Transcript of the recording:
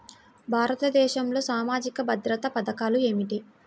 భారతదేశంలో సామాజిక భద్రతా పథకాలు ఏమిటీ?